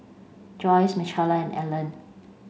Joi Michaela Allan